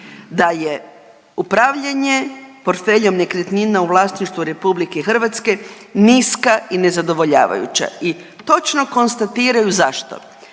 da je upravljanjem portfeljem nekretnina u vlasništvu RH niska i nezadovoljavajuća i točno konstatiraju zašto,